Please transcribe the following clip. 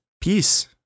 Peace